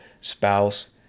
spouse